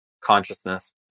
consciousness